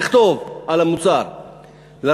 שאתם רוצים שתהיה בהם עבודה, כן?